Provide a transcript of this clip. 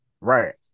Right